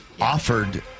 offered